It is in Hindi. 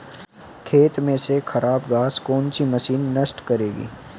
खेत में से खराब घास को कौन सी मशीन नष्ट करेगी?